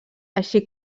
així